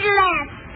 left